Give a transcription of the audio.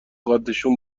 قدشون